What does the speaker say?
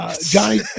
Johnny